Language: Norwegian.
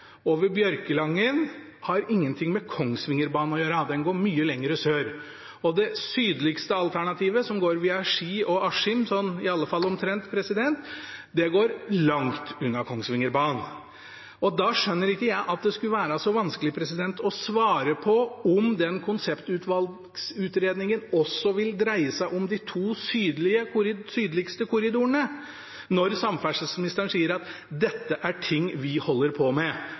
over Bjørkelangen, har ingenting med Kongsvingerbanen å gjøre, den går mye lengre sør. Det sydligste alternativet, som går via Ski og Askim – i alle fall omtrent slik – går langt unna Kongsvingerbanen. Da skjønner ikke jeg at det skal være så vanskelig å svare på om den konseptvalgutredningen også vil dreie seg om de to sydligste korridorene, når samferdselsministeren sier at dette er noe de holder på med.